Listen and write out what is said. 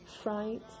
fright